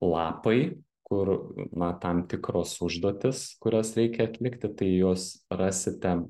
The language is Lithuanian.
lapai kur na tam tikros užduotys kurias reikia atlikti tai jos rasite